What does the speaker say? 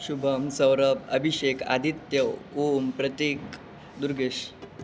Shubham Saurabh Abhishek Aditya Om Prateek Durgesh